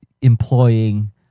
employing